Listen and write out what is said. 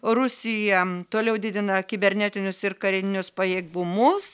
rusija toliau didina kibernetinius ir karinius pajėgumus